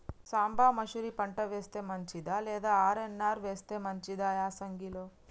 సాంబ మషూరి పంట వేస్తే మంచిదా లేదా ఆర్.ఎన్.ఆర్ వేస్తే మంచిదా యాసంగి లో?